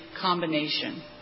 combination